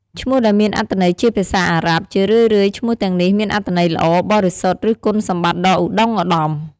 ឈ្មោះដែលមានអត្ថន័យជាភាសាអារ៉ាប់ ជារឿយៗ ឈ្មោះទាំងនេះមានអត្ថន័យល្អ បរិសុទ្ធ ឬគុណសម្បត្តិដ៏ឧត្តុង្គឧត្តម។